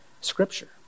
Scripture